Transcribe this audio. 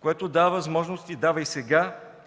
което дава възможности – и сега